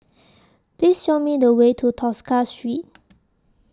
Please Show Me The Way to Tosca Street